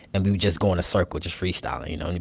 and we would just go in a circle just freestyling, you know. and